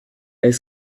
est